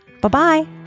Bye-bye